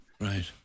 Right